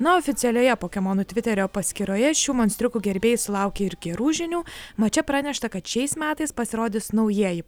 na o oficialioje pokemonu tviterio paskyroje šių monstriukų gerbėjai sulaukė ir gerų žinių mače pranešta kad šiais metais pasirodys naujieji